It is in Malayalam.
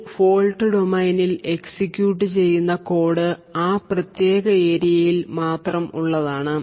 ഒരു ഫോൾട് ഡൊമൈനിൽ എക്സിക്യൂട്ട് ചെയ്യുന്ന കോഡ് ആ പ്രത്യേക ഏരിയയിൽ മാത്രം ഉള്ളതാണ്